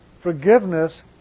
forgiveness